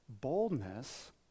boldness